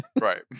right